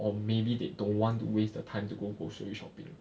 or maybe they don't want to waste the time to go grocery shopping